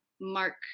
Mark